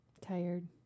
Tired